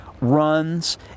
runs